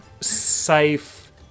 safe